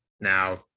now